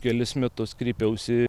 kelis metus kreipiausi